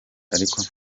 ariko